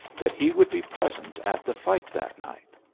that he would be present at the fight that night.